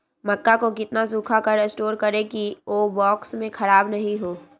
मक्का को कितना सूखा कर स्टोर करें की ओ बॉक्स में ख़राब नहीं हो?